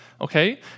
Okay